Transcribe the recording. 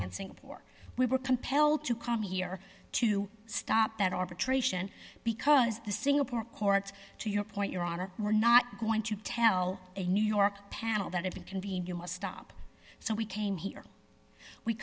singapore we were compelled to come here to stop that arbitration because the singapore courts to your point your honor we're not going to tell a new york panel that it be convenient to stop so we came here we